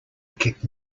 kicked